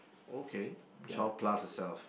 okay twelve plus itself